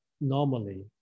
normally